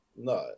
No